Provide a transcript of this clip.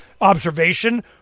observation